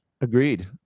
Agreed